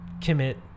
commit